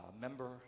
member